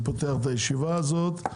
אני פותח את הישיבה הזאת,